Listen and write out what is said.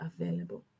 available